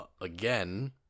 again